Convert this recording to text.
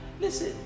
Listen